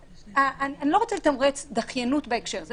אני לא רוצה לתמרץ דחיינות בהקשר הזה.